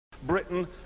Britain